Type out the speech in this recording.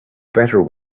better